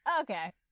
Okay